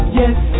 yes